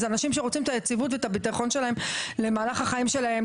זה אנשים שרוצים את היציבות והביטחון שלהם למהלך החיים שלהם,